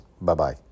Bye-bye